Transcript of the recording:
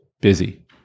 busy